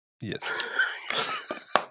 Yes